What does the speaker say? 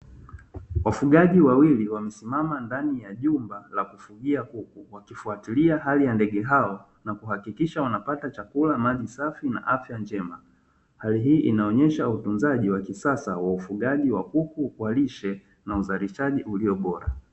Wafugaji wawili wamesimama ndani ya jumba la kufugia kuku wakifuatilia hali ya ndege hao na kuhakikisha wanapata chakula, maji safi na afya njema, hali hii inaonyesha utunzaji wa kisasa wa ufugaji wa kuku kwa lishe na uzalishaji ulio bora.